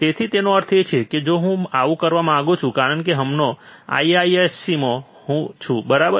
તેથી તેનો અર્થ એ છે કે જો હું આવું કરવા માંગુ છું કારણ કે હું હમણાં IISc માં છું બરાબર